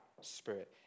spirit